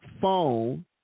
phone